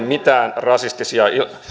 mitään rasistisia